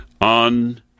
on